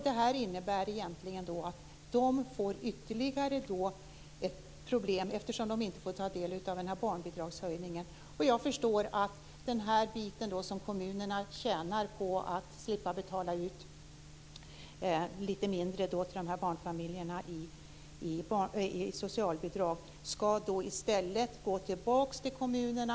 Det här innebär egentligen att de får ytterligare ett problem eftersom de inte får ta del av barnbidragshöjningen. Jag förstår att den bit som kommunerna tjänar genom att betala ut litet mindre i socialbidrag till de här barnfamiljerna i stället skall gå tillbaka till kommunerna.